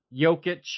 Jokic